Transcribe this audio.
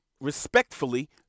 Respectfully